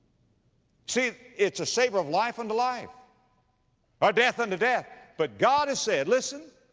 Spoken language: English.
see it's a saber of life unto life or death unto death. but god has said. listen,